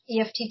EFT